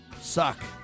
suck